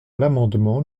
l’amendement